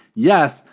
yes,